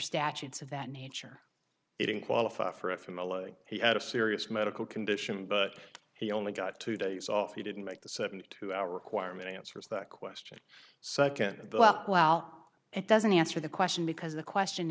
statutes of that nature it in qualify for a from a law he had a serious medical condition but he only got two days off he didn't make the seventy two hour requirement answers that question second well it doesn't answer the question because the question